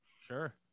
Sure